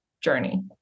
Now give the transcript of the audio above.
journey